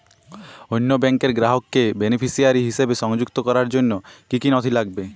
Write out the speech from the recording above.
অন্য ব্যাংকের গ্রাহককে বেনিফিসিয়ারি হিসেবে সংযুক্ত করার জন্য কী কী নথি লাগবে?